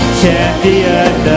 champion